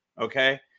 Okay